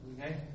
Okay